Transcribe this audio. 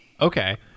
Okay